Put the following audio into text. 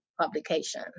publication